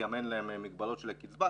גם אין להם מגבלות של הקצבה,